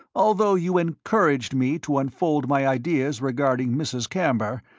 although you encouraged me to unfold my ideas regarding mrs. camber,